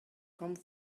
come